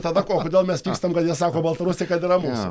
tada kodėl mes pykstam kad jie sako baltarusiai kad yra mūsų